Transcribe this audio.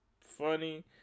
funny